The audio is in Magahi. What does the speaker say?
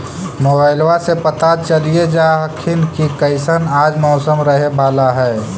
मोबाईलबा से पता चलिये जा हखिन की कैसन आज मौसम रहे बाला है?